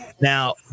Now